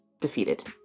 defeated